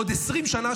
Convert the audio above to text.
עוד 20 שנה,